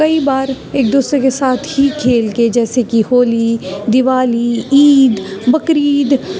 کئی بار ایک دوسرے کے ساتھ ہی کھیل کے جیسے کہ ہولی دیوالی عید بقرعید